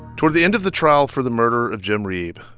toward the end of the trial for the murder of jim reeb,